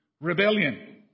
rebellion